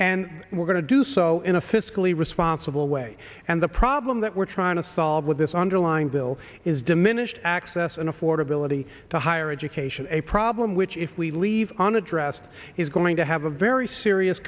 and we're going to do so in a fiscally responsible way and the problem that we're trying to solve with this underlying bill is diminished access and affordability to higher education a problem which if we leave unaddressed is going to have a very serious